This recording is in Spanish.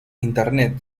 internet